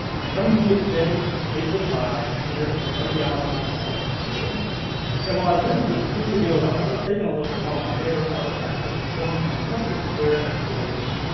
and i'm coming to you today, facebook live, here in the archeology lab at colonial williamsburg and was waiting for the screen to go live, i was taking a look at one of my favorite artifacts that was recovered from the custis square excavations.